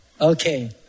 Okay